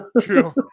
True